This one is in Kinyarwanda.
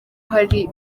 hari